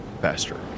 faster